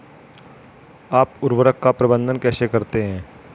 आप उर्वरक का प्रबंधन कैसे करते हैं?